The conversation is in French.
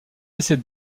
laisser